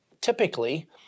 typically